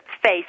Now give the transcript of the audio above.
face